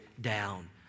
down